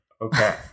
Okay